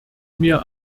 mir